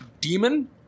demon